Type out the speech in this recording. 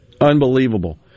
Unbelievable